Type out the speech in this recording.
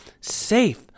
safe